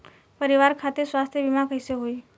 परिवार खातिर स्वास्थ्य बीमा कैसे होई?